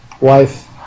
wife